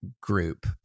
group